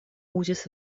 uzis